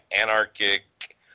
anarchic